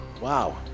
Wow